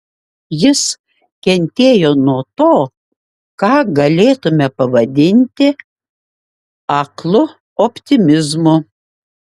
jis kentėjo nuo to ką galėtumėme pavadinti aklu optimizmu